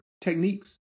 techniques